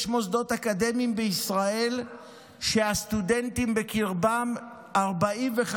יש מוסדות אקדמיים בישראל שאנשי המילואים בקרבם 40%,